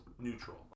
neutral